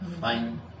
Fine